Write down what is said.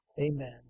Amen